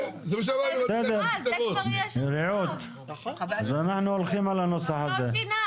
אז אנחנו הולכים על הנוסח הזה.